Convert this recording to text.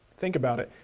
think about it.